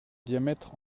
diamètre